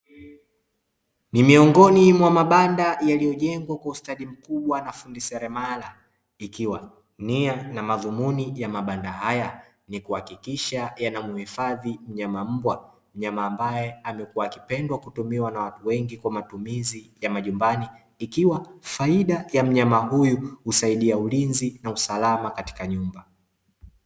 Ni miongoni mwa mabanda yaliyo jengwa kwa ustadi mkubwa na fundi seremala, ikiwa nia na madhumuni ya mabanda haya ni kuhakikisha yana muhifadhi mnyama mbwa, mnyama ambaye amekua akipendwa kutumiwa na watu wengi kwa matumizi ya majumbani, ikiwa faida ya mnyama huyu husaidia ulinzi na usalama katika nyumba.